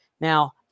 Now